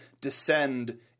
descend